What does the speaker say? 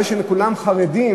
זה שכולם חרדים,